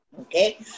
okay